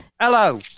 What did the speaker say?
Hello